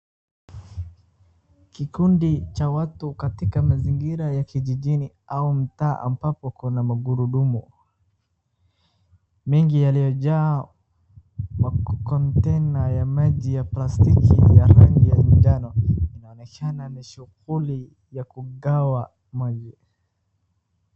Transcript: Kikundi cha watu katika mazingira ya kijijini au mtaa ambapo kuna magurudumu mingi yaliyojaa ma container ya maji ya plastiki ya rangi ya jano. Inaonyeshana ni shughuli ya kugawa maji.